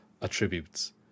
attributes